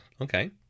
okay